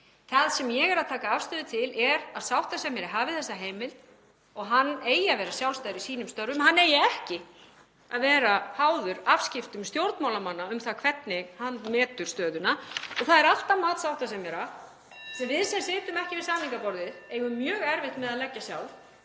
Það sem ég er að taka afstöðu til er að sáttasemjari hafi þessa heimild og hann eigi að vera sjálfstæður í sínum störfum, hann eigi ekki að vera háður afskiptum stjórnmálamanna um það hvernig hann metur stöðuna. Það er alltaf mat sáttasemjara, (Forseti hringir.) sem við sem sitjum ekki við samningaborðið eigum mjög erfitt með að leggja sjálf,